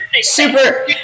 Super